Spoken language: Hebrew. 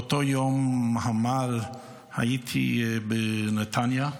באותו יום מר הייתי בנתניה,